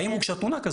האם הוגשה תלונה כזאת?